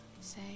say